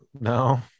no